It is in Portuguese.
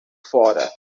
fora